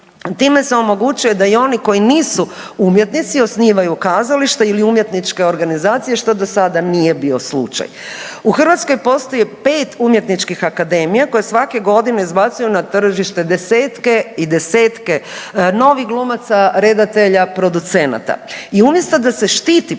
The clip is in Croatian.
Time se omogućuje da i oni koji nisu umjetnici osnivaju kazališta ili umjetničke organizacije što do sada nije bio slučaj. U Hrvatskoj postoji pet umjetničkih akademija koje svake godine izbacuju na tržište desetke i desetke novih glumaca, redatelja, producenata i umjesto da se štiti